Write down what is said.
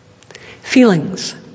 feelings